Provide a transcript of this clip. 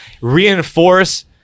reinforce